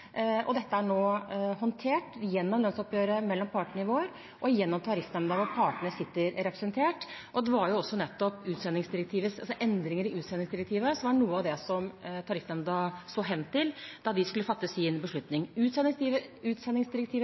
Dette er nå håndtert gjennom lønnsoppgjøret mellom partene i vår og gjennom Tariffnemnda, hvor partene sitter representert. Og nettopp endringene i utsendingsdirektivet var noe av det tariffnemnda så hen til da de skulle fatte sin beslutning. Utsendingsdirektivet styrker arbeidstakernes rettigheter betydelig. Det er bra for arbeidstakerne, både i Norge og i Europa, at utsendingsdirektivet